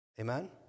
Amen